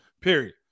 Period